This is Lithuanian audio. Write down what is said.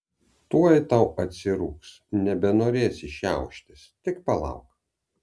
tuoj tau atsirūgs nebenorėsi šiauštis tik palauk